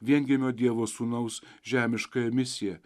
viengimio dievo sūnaus žemiškąją misiją